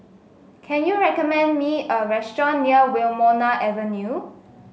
can you recommend me a restaurant near Wilmonar Avenue